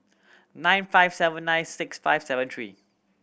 nine five seven nine six five seven three